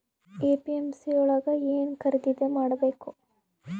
APMC ಯೊಳಗ ಏನ್ ಖರೀದಿದ ಮಾಡ್ಬೇಕು?